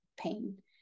pain